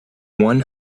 one